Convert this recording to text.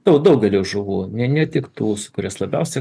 daugelio žuvų ne tik tų kurias labiausiai